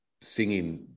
singing